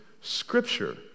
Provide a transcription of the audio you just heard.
Scripture